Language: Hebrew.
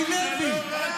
מיקי לוי,